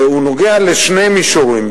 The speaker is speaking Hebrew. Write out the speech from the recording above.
והוא נוגע לשני מישורים.